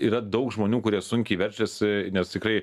yra daug žmonių kurie sunkiai verčiasi nes tikrai